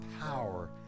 power